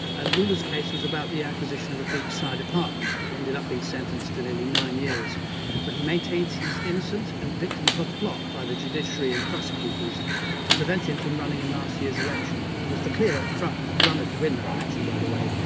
and lula's case was about the acquisition of a beachside apartment. he ended up being sentenced to nearly nine years but he maintains he's innocent and victim of a plot by the judiciary and prosecutors to prevent him from running in last year's election. he was the clear front-runner to win that election, by the way,